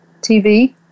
TV